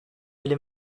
aller